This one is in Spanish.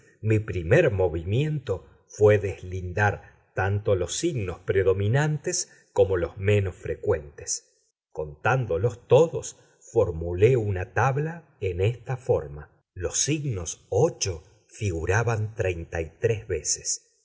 mi primer movimiento fué deslindar tanto los signos predominantes como los menos frecuentes contándolos todos formulé una tabla en esta forma signos figuraban veces